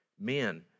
Men